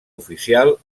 oficial